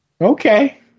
Okay